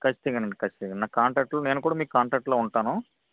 ఖచ్చితంగా అండి ఖచ్చితంగా నా కాంటాక్టు నేను కూడా మీకు కాంటాక్ట్ లో ఉంటాను